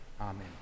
Amen